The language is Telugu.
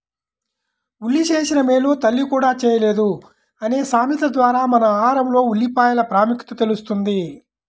ఉల్లి చేసిన మేలు తల్లి కూడా చేయలేదు అనే సామెత ద్వారా మన ఆహారంలో ఉల్లిపాయల ప్రాముఖ్యత తెలుస్తుంది